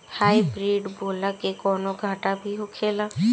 Hybrid बोला के कौनो घाटा भी होखेला?